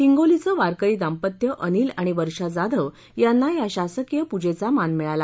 हिंगोलीचं वारकरी दाम्पत्य अनिल आणि वर्षा जाधव यांना या शासकीय पूजेचा मान मिळाला